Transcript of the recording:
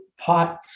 hot